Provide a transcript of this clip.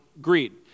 greed